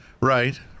Right